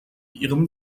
ihrem